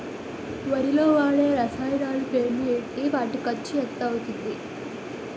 వరిలో వాడే రసాయనాలు పేర్లు ఏంటి? వాటి ఖర్చు ఎంత అవతుంది?